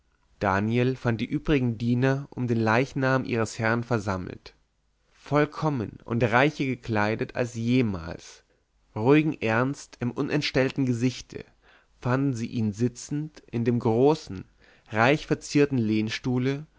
daniel fand die übrigen diener um den leichnam ihres herrn versammelt vollkommen und reicher gekleidet als jemals ruhigen ernst im unentstellten gesichte fanden sie ihn sitzend in dem großen reich verzierten lehnstuhle